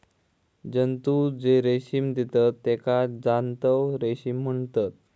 जंतु जे रेशीम देतत तेका जांतव रेशीम म्हणतत